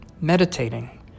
meditating